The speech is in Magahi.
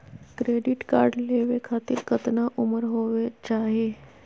क्रेडिट कार्ड लेवे खातीर कतना उम्र होवे चाही?